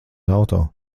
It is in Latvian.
auto